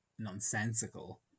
Nonsensical